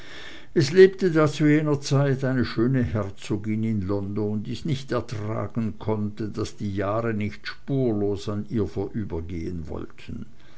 es lebte da zu jener zeit eine schöne herzogin in london die's nicht ertragen konnte daß die jahre nicht spurlos an ihr vorübergehen wollten